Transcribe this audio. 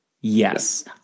Yes